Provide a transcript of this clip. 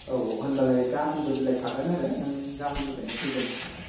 औ औ होनबालाय गामोनबो बिलाइ खागोन आरो नों गाबोननिफाय नो फैगोरनो हाबाय